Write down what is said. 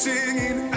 Singing